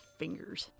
fingers